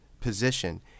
position